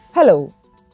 Hello